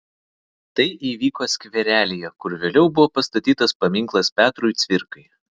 tai įvyko skverelyje kur vėliau buvo pastatytas paminklas petrui cvirkai